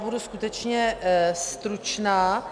Budu skutečně stručná.